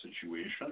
situation